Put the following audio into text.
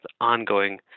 ongoing